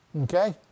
Okay